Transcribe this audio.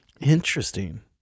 Interesting